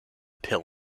pill